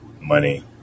Money